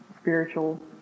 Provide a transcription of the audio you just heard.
spiritual